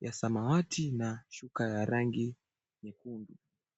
ya samawati na shuka ya rangi nyekundu.